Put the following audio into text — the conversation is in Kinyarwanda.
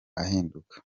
ahinduka